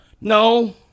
No